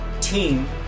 team